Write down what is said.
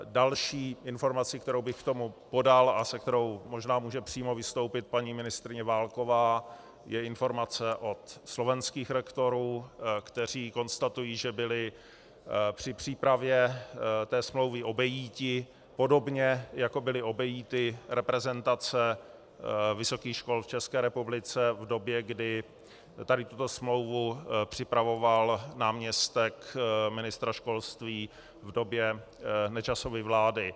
Další informace, kterou bych k tomu podal a se kterou možná může přímo vystoupit paní ministryně Válková, je informace od slovenských rektorů, kteří konstatují, že byli při přípravě té smlouvy obejiti, podobně jako byly obejity reprezentace vysokých škol v České republice v době, kdy tuto smlouvu připravoval náměstek ministra školství v době Nečasovy vlády.